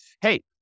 hey